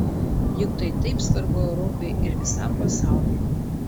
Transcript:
juk tai taip svarbu europai ir visam pasauliui